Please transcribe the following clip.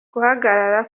guhagarara